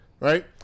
Right